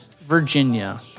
Virginia